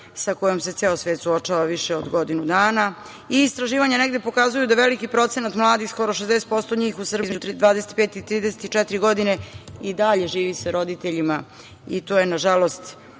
sa kojom se ceo svet suočava više od godinu dana. Istraživanja pokazuju da veliki procenat mladih, skoro 60% njih u Srbiji između 25 i 34 godine, i dalje živi sa roditeljima. To je nažalost